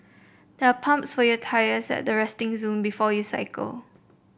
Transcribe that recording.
there are pumps for your tyres at the resting zone before you cycle